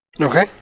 Okay